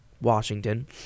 Washington